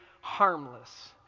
harmless